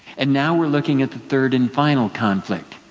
and now we're looking at the third and final conflict.